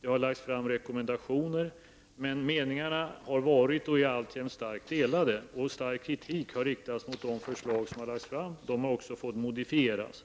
det har framlagts rekommendationer, men meningarna har varit och är alltjämt mycket delade. Stark kritik har riktats mot de förslag som har lagts fram. Dessa förslag har också fått modifieras.